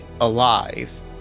alive